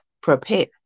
prepare